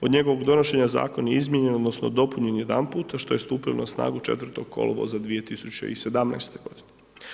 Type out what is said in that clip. Od njegovog donošenja zakon je izmijenjen odnosno dopunjen jedanputa što je stupilo na snagu 4. kolovoza 2017. godine.